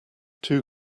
two